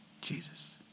Jesus